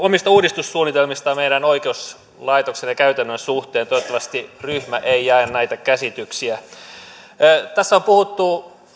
omista uudistussuunnitelmistaan meidän oikeuslaitoksen ja käytännön suhteen toivottavasti ryhmä ei jaa näitä käsityksiä tässä on puhuttu